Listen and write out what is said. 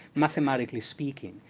mathematically speaking.